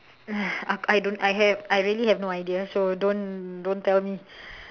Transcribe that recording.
!hais! I don't I have I really have no idea so don't don't tell me